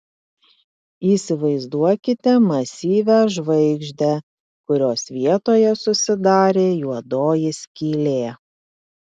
įsivaizduokite masyvią žvaigždę kurios vietoje susidarė juodoji skylė